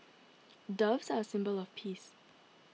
doves are a symbol of peace